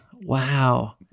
wow